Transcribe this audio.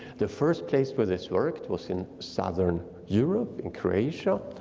the first place where this worked was in southern europe in croatia.